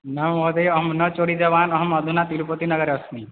न महोदय अहं न चोरितवान् अहम् अधुना तिरुपतिनगरे अस्मि